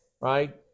Right